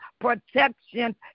protection